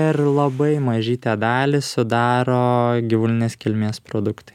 ir labai mažytę dalį sudaro gyvulinės kilmės produktai